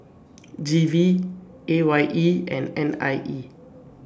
G V A Y E and N I E